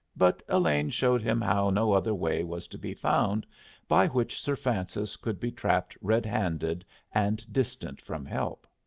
but elaine showed him how no other way was to be found by which sir francis could be trapped red-handed and distant from help.